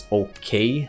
okay